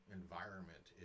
environment